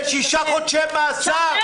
זה שישה חודשי מאסר.